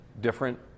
different